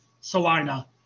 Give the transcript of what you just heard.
Salina